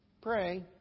Pray